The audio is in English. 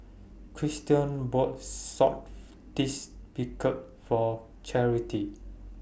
Christion bought Source tastes Beancurd For Charity